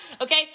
Okay